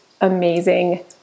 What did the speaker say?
amazing